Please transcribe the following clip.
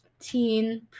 teen